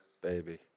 baby